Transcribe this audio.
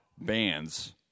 bands